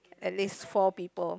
at least four people